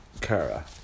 kara